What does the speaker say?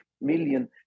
million